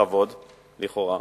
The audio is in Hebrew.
בכבוד לכאורה,